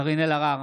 קארין אלהרר,